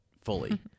fully